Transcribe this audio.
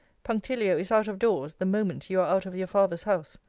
punctilio is out of doors the moment you are out of your father's house.